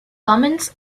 comments